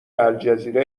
الجزیره